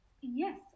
yes